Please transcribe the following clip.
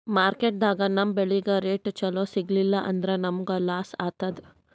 ಮಾರ್ಕೆಟ್ದಾಗ್ ನಮ್ ಬೆಳಿಗ್ ರೇಟ್ ಚೊಲೋ ಸಿಗಲಿಲ್ಲ ಅಂದ್ರ ನಮಗ ಲಾಸ್ ಆತದ್